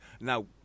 now